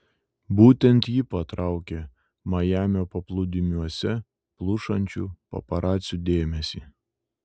būtent ji patraukė majamio paplūdimiuose plušančių paparacių dėmesį